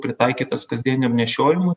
pritaikytas kasdieniam nešiojimui